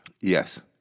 yes